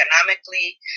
economically